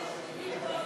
התשע"ו 2016,